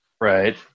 right